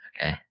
Okay